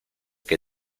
que